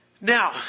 Now